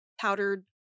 powdered